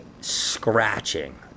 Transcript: scratching